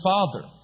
Father